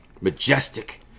Majestic